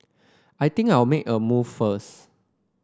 I think I'll make a move first